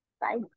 Bye